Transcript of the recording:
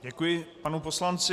Děkuji panu poslanci.